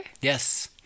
Yes